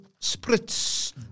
spritz